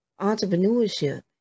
Entrepreneurship